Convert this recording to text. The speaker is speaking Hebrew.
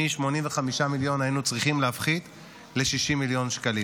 מ-85 מיליון היינו צריכים להפחית ל-60 מיליון שקלים.